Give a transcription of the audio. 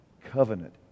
Covenant